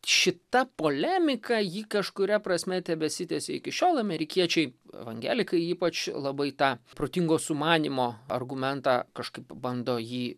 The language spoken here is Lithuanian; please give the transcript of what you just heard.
šita polemika ji kažkuria prasme tebesitęsia iki šiol amerikiečiai evangelikai ypač labai tą protingo sumanymo argumentą kažkaip bando jį